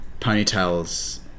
ponytails